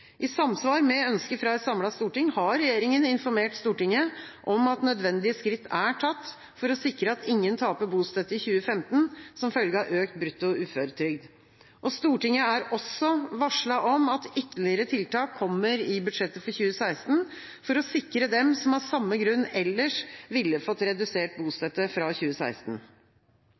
I samsvar med ønske fra et samlet storting har regjeringa informert Stortinget om at nødvendige skritt er tatt for å sikre at ingen taper bostøtte i 2015 som følge av økt brutto uføretrygd. Stortinget er også varslet om at ytterligere tiltak kommer i budsjettet for 2016 for å sikre dem som av samme grunn ellers ville fått redusert